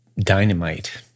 dynamite